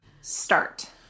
start